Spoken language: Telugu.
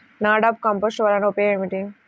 నాడాప్ కంపోస్ట్ వలన ఉపయోగం ఏమిటి?